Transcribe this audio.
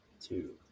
two